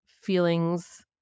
feelings